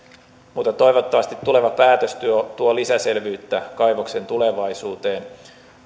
mutta toivottavasti tuleva päätös tuo tuo lisäselvyyttä kaivoksen tulevaisuuteen